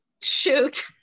Shoot